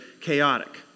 chaotic